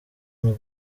bamwe